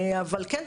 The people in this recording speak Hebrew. אבל כן,